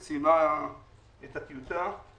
היא סיימה את הטיוטה.